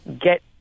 get